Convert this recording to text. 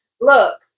look